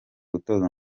gutoza